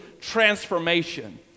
transformation